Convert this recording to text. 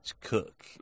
cook